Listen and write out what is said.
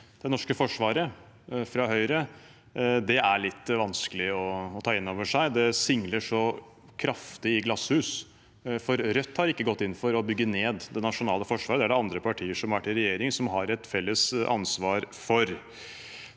det norske forsvaret, er litt vanskelig å ta inn over seg. Det singler så kraftig i glasshus, for Rødt har ikke gått inn for å bygge ned det nasjonale forsvaret; det er det andre partier som har vært i regjering, som har et felles ansvar for.